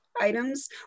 items